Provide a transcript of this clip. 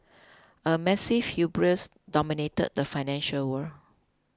a massive hubris dominated the financial world